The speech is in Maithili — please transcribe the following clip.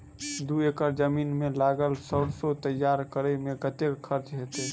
दू एकड़ जमीन मे लागल सैरसो तैयार करै मे कतेक खर्च हेतै?